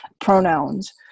pronouns